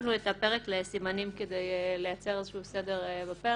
חילקנו את הפרק לסימנים כדי לייצר איזשהו סדר בפרק.